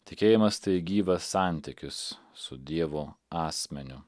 tikėjimas tai gyvas santykis su dievo asmeniu